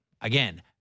again